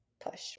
push